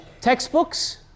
textbooks